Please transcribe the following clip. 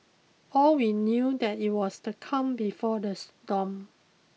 all we knew that it was the calm before the storm